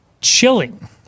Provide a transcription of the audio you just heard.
chilling